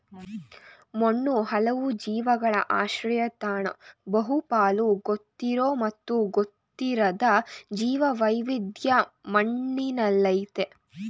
ಮಣ್ಣು ಹಲವು ಜೀವಿಗಳ ಆಶ್ರಯತಾಣ ಬಹುಪಾಲು ಗೊತ್ತಿರೋ ಮತ್ತು ಗೊತ್ತಿರದ ಜೀವವೈವಿಧ್ಯ ಮಣ್ಣಿನಲ್ಲಯ್ತೆ